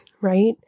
right